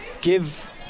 give